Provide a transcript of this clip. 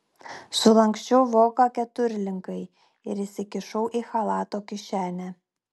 sulanksčiau voką keturlinkai ir įsikišau į chalato kišenę